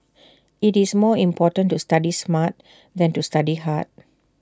IT is more important to study smart than to study hard